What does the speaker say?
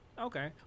Okay